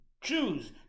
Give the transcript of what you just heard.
choose